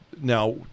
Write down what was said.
Now